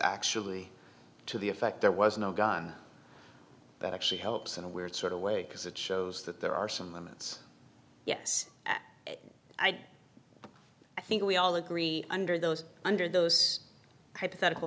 actually to the effect there was no gun that actually helps in a weird sort of way because it shows that there are some limits yes i do i think we all agree under those under those hypothetical